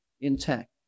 intact